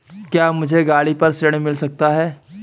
क्या मुझे गाड़ी पर ऋण मिल सकता है?